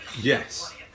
yes